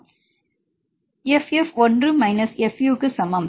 fF 1 minus fUக்கு சமம்